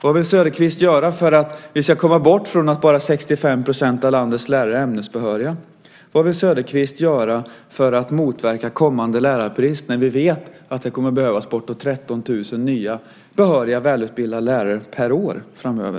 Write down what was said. Vad vill Söderqvist göra för att vi ska komma bort från att bara 65 % av landets lärare är ämnesbehöriga? Vad vill Söderqvist göra för att motverka kommande lärarbrist när vi vet att det kommer att behövas bortåt 13 000 nya behöriga och välutbildade lärare per år framöver?